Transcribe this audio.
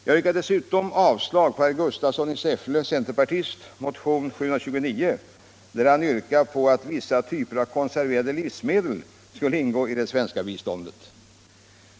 Jag yrkar dessutom avslag på centerpartisten herr Gustafssons i Säffle motion 729 om att vissa typer av konserverade livsmedel skall ingå i det svenska biståndet.